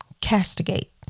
Castigate